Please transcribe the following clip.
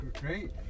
Great